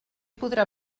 podrà